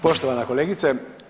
Poštovana kolegice.